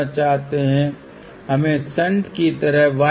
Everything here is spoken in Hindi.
इसलिए हमें j2 जोड़ने की आवश्यकता है